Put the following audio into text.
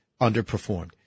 underperformed